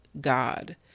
God